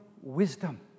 wisdom